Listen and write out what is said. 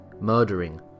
murdering